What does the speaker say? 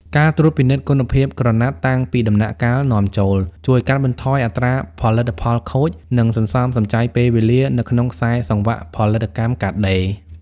ការត្រួតពិនិត្យគុណភាពក្រណាត់តាំងពីដំណាក់កាលនាំចូល ជួយកាត់បន្ថយអត្រាផលិតផលខូច និងសន្សំសំចៃពេលវេលានៅក្នុងខ្សែសង្វាក់ផលិតកម្មកាត់ដេរ។